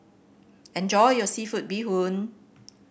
enjoy your seafood Bee Hoon